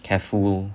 careful